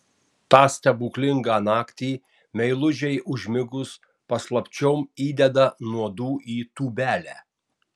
tą stebuklingą naktį meilužei užmigus paslapčiom įdeda nuodų į tūbelę